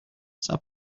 صبر